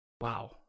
Wow